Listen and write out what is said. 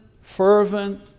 fervent